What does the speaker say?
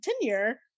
tenure